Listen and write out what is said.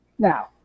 Now